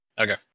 Okay